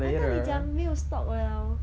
I thought 你讲没有 stock 了